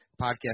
podcast